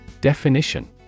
Definition